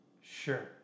Sure